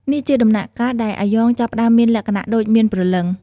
នេះជាដំណាក់កាលដែលអាយ៉ងចាប់ផ្តើមមានលក្ខណៈដូចមានព្រលឹង។